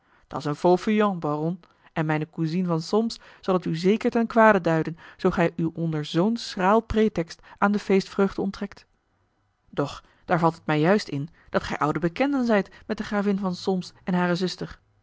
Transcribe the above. vragen dat's een faux fuyant baron en mijne cousine van solms zal het u zeker ten kwade duiden zoo gij u onder zoo'n schraal pretext aan de feestvreugde onttrekt doch daar valt het mij juist in dat gij oude bekenden zijt met de gravin van solms en hare zuster